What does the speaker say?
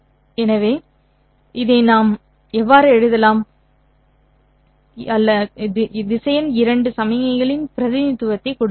எனவே இதை நாம் எவ்வாறு எழுதலாம் உங்களுக்குத் தெரியும் அல்லது திசையன் 2 சமிக்ஞையின் பிரதிநிதித்துவத்தை கொடுக்க முடியும்